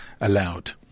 allowed